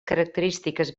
característiques